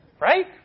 Right